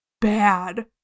bad